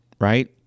right